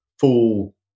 full